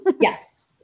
Yes